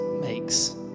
makes